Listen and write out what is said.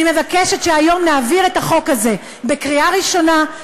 אני מבקשת שהיום נעביר את החוק הזה להכנה לקריאה ראשונה,